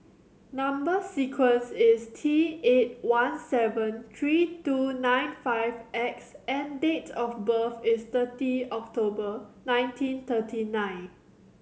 number sequence is T eight one seven three two nine five X and date of birth is thirty October nineteen thirty nine